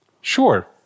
Sure